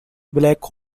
black